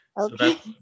Okay